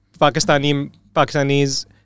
Pakistani-Pakistanis